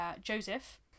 Joseph